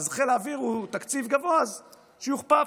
חיל האוויר הוא תקציב גבוה אז שיוכפף